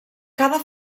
cada